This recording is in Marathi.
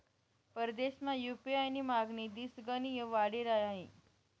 परदेसमा यु.पी.आय नी मागणी दिसगणिक वाडी रहायनी